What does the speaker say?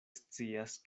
scias